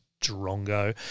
Drongo